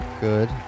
Good